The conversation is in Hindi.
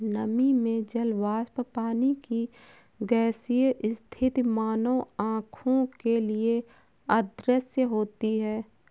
नमी में जल वाष्प पानी की गैसीय स्थिति मानव आंखों के लिए अदृश्य होती है